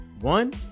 one